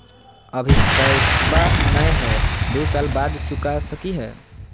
अभि पैसबा नय हय, दू साल बाद चुका सकी हय?